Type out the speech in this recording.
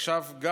עכשיו גם,